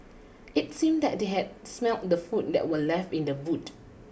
it seemed that they had smelt the food that were left in the boot